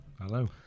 Hello